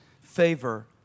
favor